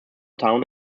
town